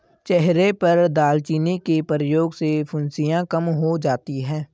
चेहरे पर दालचीनी के प्रयोग से फुंसियाँ कम हो जाती हैं